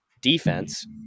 defense